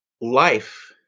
life